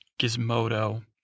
Gizmodo